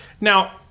Now